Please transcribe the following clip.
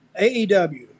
AEW